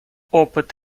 опыт